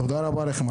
תודה רבה לכם.